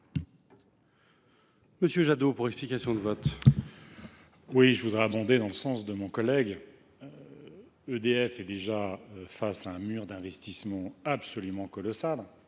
Yannick Jadot, pour explication de vote. Je voudrais abonder dans le sens de mes collègues. EDF fait déjà face à un mur d’investissement absolument colossal